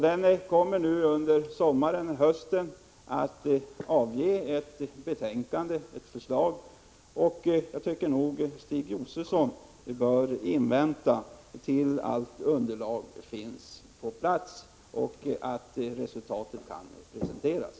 Det är ju vanlig praxis att vi avvaktar resultatet av en utredning, och jag tycker att Stig Josefson bör vänta tills allt underlaget finns på plats och resultatet kan presenteras.